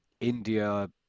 India